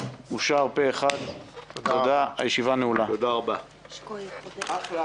הצבעה בעד הבקשה, רוב נגד,